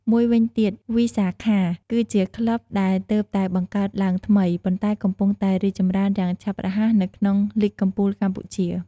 មួយវិញទៀតវិសាខាគឺជាក្លឹបដែលទើបតែបង្កើតឡើងថ្មី ប៉ុន្តែកំពុងតែរីកចម្រើនយ៉ាងឆាប់រហ័សនៅក្នុងលីគកំពូលកម្ពុជា។